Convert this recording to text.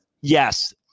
Yes